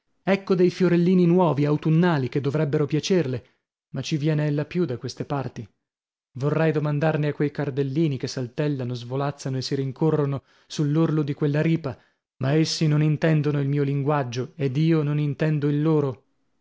ecco dei fiorellini nuovi autunnali che dovrebbero piacerle ma ci viene ella più da queste parti vorrei domandarne a quei cardellini che saltellano svolazzano e si rincorrono sull'orlo di quella ripa ma essi non intendono il mio linguaggio ed io non intendo il loro